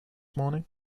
morning